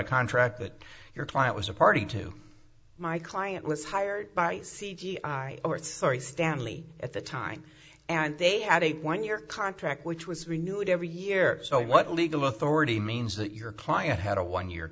a contract that your client was a party to my client was hired by c g i sorry stanley at the time and they had a one year contract which was renewed every year so what legal authority means that your client had a one year